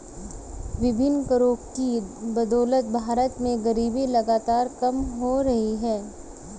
विभिन्न करों की बदौलत भारत में गरीबी लगातार कम हो रही है